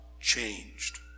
changed